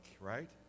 right